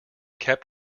kept